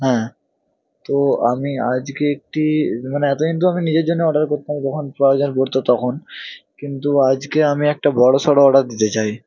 হ্যাঁ তো আমি আজকে একটি মানে এতদিন তো আমি নিজের জন্য অর্ডার করতাম যখন প্রয়োজন পড়ত তখন কিন্তু আজকে আমি একটা বড়সড় অর্ডার দিতে চাই